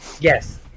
Yes